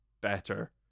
better